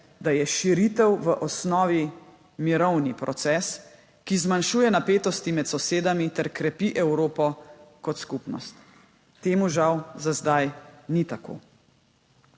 da je širitev v osnovi mirovni proces, ki zmanjšuje napetosti med sosedami ter krepi Evropo kot skupnost. Temu, žal, za zdaj ni tako.